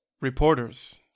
reporters